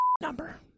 number